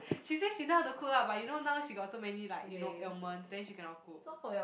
she say she know how to cook lah but you know now she got so many like you know ailment then she cannot cook